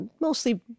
mostly –